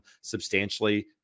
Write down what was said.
substantially